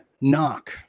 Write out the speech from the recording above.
knock